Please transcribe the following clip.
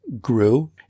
grew